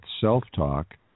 self-talk